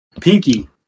Pinky